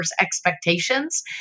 expectations